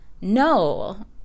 No